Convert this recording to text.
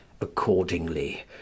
accordingly